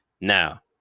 Now